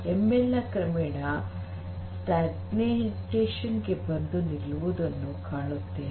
ML ನ ಕ್ರಮೇಣ stagnation ಗೆ ಬಂದು ನಿಲ್ಲುವುದನ್ನು ನೋಡುತ್ತೇವೆ